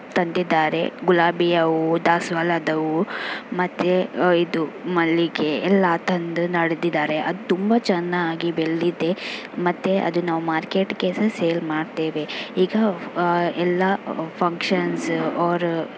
ತಂದಿದ್ದಾರೆ ಗುಲಾಬಿಯ ಹೂ ದಾಸವಾಳದ ಹೂವು ಮತ್ತು ಇದು ಮಲ್ಲಿಗೆ ಎಲ್ಲ ತಂದು ನಡ್ದಿದಾರೆ ಅದು ತುಂಬ ಚೆನ್ನಾಗಿ ಬೆಳೆದಿದೆ ಮತ್ತು ಅದು ನಾವು ಮಾರ್ಕೆಟ್ಗೆ ಸಹ ಸೇಲ್ ಮಾಡ್ತೇವೆ ಈಗ ಎಲ್ಲ ಫಂಕ್ಷನ್ಸ್ ಆರ್